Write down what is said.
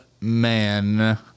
man